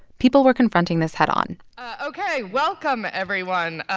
people were confronting this head-on ok. welcome, everyone.